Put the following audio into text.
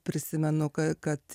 prisimenu kad